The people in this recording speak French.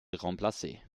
remplacer